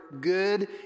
good